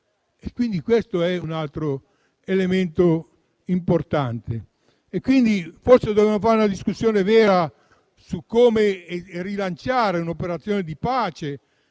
questo è un altro elemento importante. Forse dobbiamo fare una discussione vera su come rilanciare un'operazione di pace